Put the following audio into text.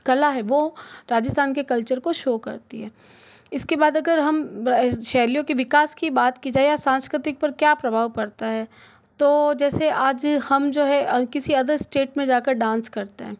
कला है वो राजस्थान के कल्चर को शो करती है इसके बाद अगर हम शैलियों के विकास की बात की जाए या सांस्कृतिक पर क्या प्रभाव पड़ता है तो जैसे आज हम जो है और किसी अदर स्टेट में जाकर डांस करते हैं